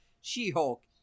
She-Hulk